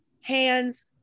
hands